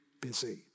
busy